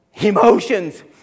emotions